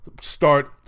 start